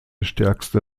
stärkste